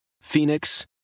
Phoenix